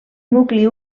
nucli